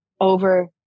over